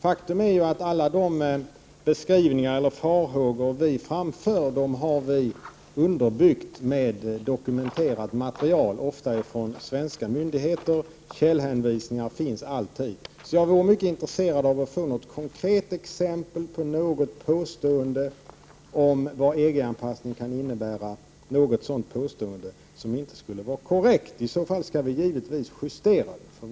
Faktum är att alla beskrivningar och farhågor som vi framför är underbyggda med dokumenterat material, ofta från svenska myndigheter. Källhänvisningar finns alltid. Jag är alltså intresserad av att få ett konkret exempel på något påstående om vad EG-anpassning kan innebära som inte är korrekt i våra reservationer. I så fall skall vi naturligtvis justera det vi har skrivet.